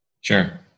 Sure